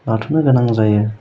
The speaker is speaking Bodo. लाथ'नो गोनां जायो